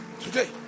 Today